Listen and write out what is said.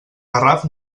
garraf